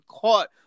caught